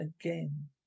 again